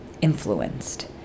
influenced